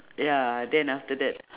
ya then after that